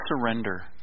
surrender